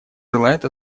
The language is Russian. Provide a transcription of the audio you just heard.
желает